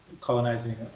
colonizing